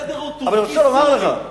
הסדר הוא טורקי-סורי.